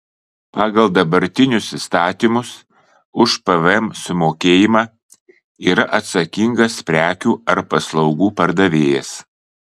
pagal dabartinius įstatymus už pvm sumokėjimą yra atsakingas prekių ar paslaugų pardavėjas